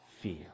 fear